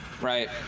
Right